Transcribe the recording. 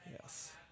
Yes